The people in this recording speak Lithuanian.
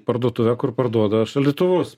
parduotuvę kur parduoda šaldytuvus